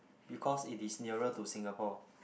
because it is nearest to Singapore